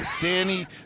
Danny